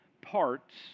parts